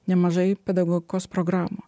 nemažai pedagogikos programų